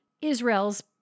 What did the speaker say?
Israel's